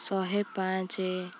ଶହ ପାଞ୍ଚ